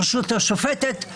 הרשות השופטת.